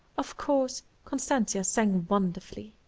of course, constantia sang wonderfully.